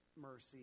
mercy